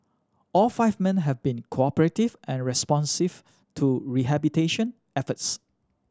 all five men have been cooperative and responsive to rehabilitation efforts